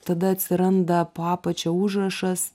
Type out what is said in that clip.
tada atsiranda po apačia užrašas